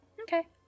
Okay